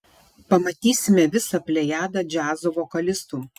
pamatysime visą plejadą džiazo vokalistų